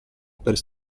per